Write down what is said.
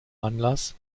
anlass